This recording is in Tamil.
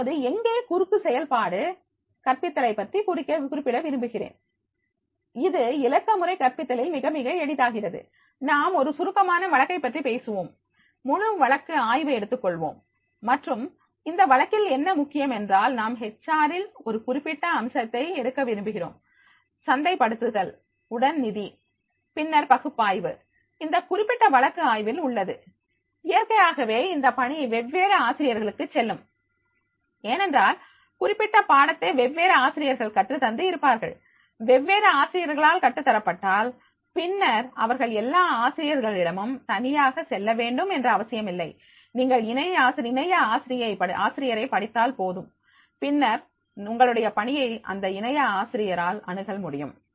இப்போது எங்கே குறுக்கு செயல்பாடு கற்பித்தலை பற்றி குறிப்பிட விரும்புகிறேன் இது இலக்கமுறை கற்பித்தலில் மிகமிக எளிதாகிறது நாம் ஒரு சுருக்கமான வழக்கை பற்றி பேசுவோம் முழு வழக்கு ஆய்வு எடுத்துக்கொள்வோம் மற்றும் அந்த வழக்கில் என்ன முக்கியம் என்றால் நாம் எச் ஆரா இல் ஒரு குறிப்பிட்ட அம்சத்தை எடுக்க விரும்புகிறோம் சந்தைப்படுத்துதல் உடன் நிதி பின்னர் பகுப்பாய்வு இந்த குறிப்பிட்ட வழக்கு ஆய்வில் உள்ளது இயற்கையாகவே இந்த பணி வெவ்வேறு ஆசிரியர்களுக்கு செல்லும் ஏனென்றால் குறிப்பிட்ட பாடத்தை வெவ்வேறு ஆசிரியர்கள் கற்றுத்தந்து இருப்பார்கள் வெவ்வேறு ஆசிரியர்களால் கற்று தரப்பட்டால் பின்னர் அவர்கள் எல்லா ஆசிரியர்களிடமும் தனியாக செல்ல வேண்டும் என்று அவசியமில்லை நீங்கள் இணைய ஆசிரியரை படித்தால் போதும் பின்னர் உங்களுடைய பணியை அந்த இணைய ஆசிரியரால் அணுகல் முடியும்